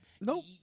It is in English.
Nope